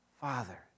Father